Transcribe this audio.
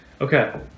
Okay